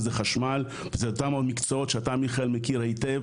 וזה חשמל וזה כמה עוד מקצועות שאתה מיכאל מכיר היטב